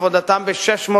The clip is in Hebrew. ירושלים?